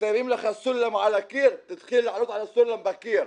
שמים לך סולם על הקיר, תתחיל לעלות על הסולם בקיר,